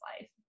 life